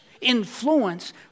influence